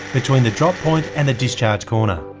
between the drop point and the discharge corner.